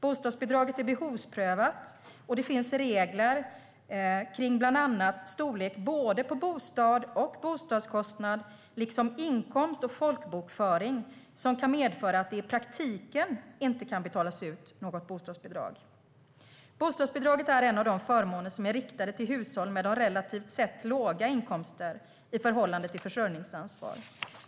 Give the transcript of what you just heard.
Bostadsbidraget är behovsprövat, och det finns regler om bland annat storlek både på bostad och bostadskostnad, liksom inkomst och folkbokföring, som kan medföra att det i praktiken inte kan betalas ut något bostadsbidrag. Bostadsbidraget är en av de förmåner som är riktade till hushåll med relativt sett låga inkomster i förhållande till försörjningsansvar.